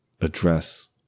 address